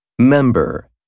Member